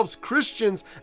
christians